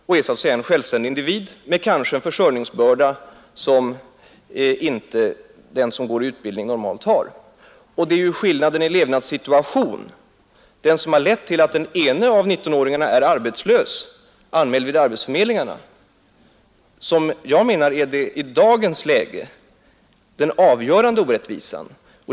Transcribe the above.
Den senare lever som en självständig individ som kanske också har försörjningsbörda, vilket den som går i utbildning normalt inte har. Däri ligger ju en skillnad i levnadssituationen, som har lett till att den ene nittonåringen är anmäld vid arbetsförmedlingen som arbetslös. Det menar jag är den avgörande orättvisan i dagens läge.